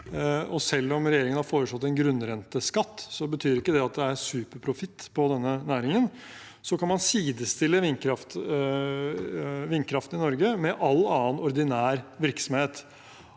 selv om regjeringen har foreslått en grunnrenteskatt, betyr ikke det at det er en superprofitt på denne næringen – kan en sidestille vindkraften i Norge med all annen ordinær virksomhet.